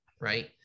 right